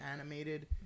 animated